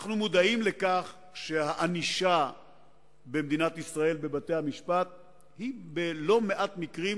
אנחנו מודעים לכך שהענישה במדינת ישראל ובבתי-המשפט היא בלא-מעט מקרים